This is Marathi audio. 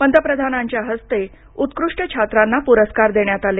पंतप्रधानांच्या हस्ते उत्कृष्ट छात्रांना पुरस्कार देण्यात आले